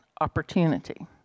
opportunity